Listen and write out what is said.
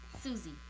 Susie